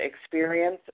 experience